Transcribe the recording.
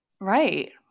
Right